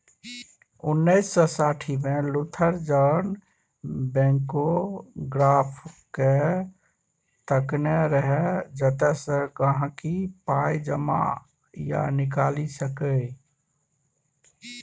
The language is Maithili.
उन्नैस सय साठिमे लुथर जार्ज बैंकोग्राफकेँ तकने रहय जतयसँ गांहिकी पाइ जमा या निकालि सकै